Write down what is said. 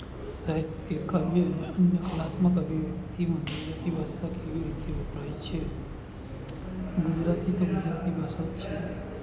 સાહિત્ય કરવું એમાં અન્ય કલાત્મક અભિવ્યક્તિમાં ગુજરાતી ભાષા કેવી રીતે વપરાય છે ગુજરાતી તે ગુજરાતી ભાષા જ છે